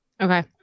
Okay